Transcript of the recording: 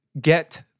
get